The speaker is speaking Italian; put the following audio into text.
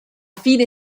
fine